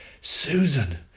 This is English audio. Susan